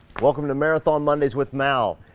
welcome to marathon mondays with mal.